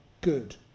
good